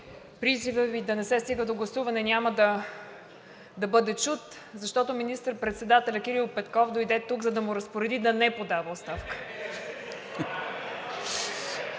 призивът Ви да не се стига до гласуване няма да бъде чут, защото министър-председателят Кирил Петков дойде тук, за да му разпореди да не подава оставка.